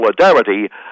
solidarity